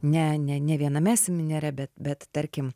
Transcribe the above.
ne ne ne viename seminire bet bet tarkim